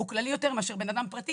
הוא כללי יותר מאשר בן אדם פרטי